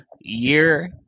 year